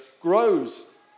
grows